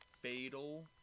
Fatal